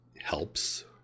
helps